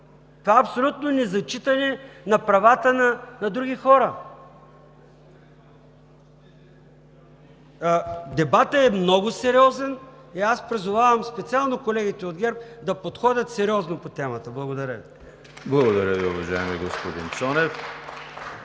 Това е абсолютно незачитане на правата на други хора! Дебатът е много сериозен и аз призовавам специално колегите от ГЕРБ да подходят сериозно по темата. Благодаря Ви. (Ръкопляскания от